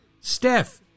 Steph